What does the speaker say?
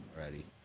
already